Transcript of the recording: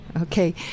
Okay